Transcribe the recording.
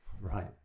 Right